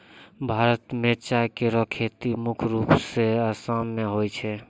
भारत म चाय केरो खेती मुख्य रूप सें आसाम मे होय छै